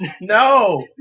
No